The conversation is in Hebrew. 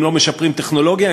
אם לא משפרים טכנולוגיה,